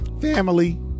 Family